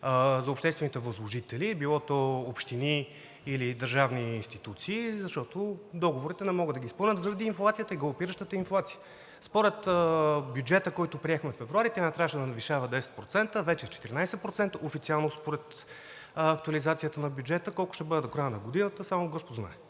за обществените възложители – било то общини или държавни институции, защото договорите не могат да ги изпълнят заради инфлацията, галопиращата инфлация. Според бюджета, който приехме февруари, тя не трябваше да надвишава 10%, а вече е 14% официално според актуализацията на бюджета. Колко ще бъде до края на годината – само господ знае.